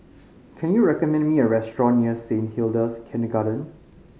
can you recommend me a restaurant near Saint Hilda's Kindergarten